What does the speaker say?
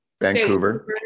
Vancouver